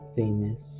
famous